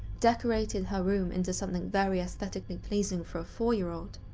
decorated her room into something very aesthetically pleasing for a four year old,